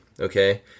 Okay